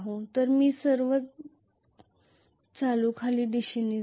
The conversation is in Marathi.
तर सर्व करंट खाली दिशेने जाईल